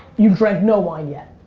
you've drank no wine yet.